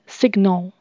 signal